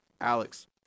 Alex